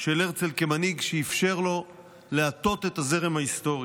של הרצל כמנהיג, שאפשר לו להטות את הזרם ההיסטורי?